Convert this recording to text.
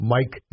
Mike